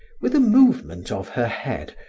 with a movement of her head,